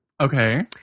Okay